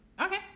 Okay